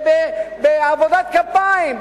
בעבודת כפיים,